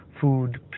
food